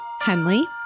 Henley